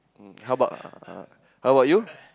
um how about how about you